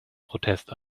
protest